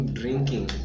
drinking